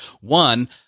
One